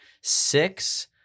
Six